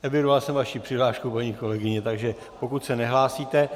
Evidoval jsem vaši přihlášku, paní kolegyně, takže pokud se nehlásíte...